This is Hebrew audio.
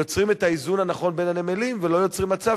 יוצרים את האיזון הנכון בין הנמלים ולא יוצרים מצב